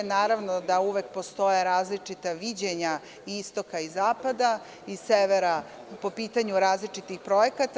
Naravno da uvek postoje različita viđenja istoka, zapada i severa i po pitanju različitih projekata.